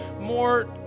more